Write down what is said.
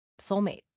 soulmate